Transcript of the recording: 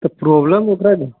कुछ प्रोब्लम हय एकरामे